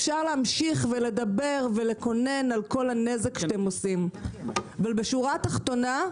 אפשר להמשיך ולדבר ולקונן על כל הנזק שאתם עושים אבל בשורה התחתונה,